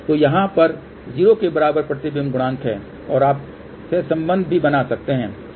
तो यहाँ पर 0 के बराबर प्रतिबिंब गुणांक है और आप सहसंबंध भी बना सकते हैं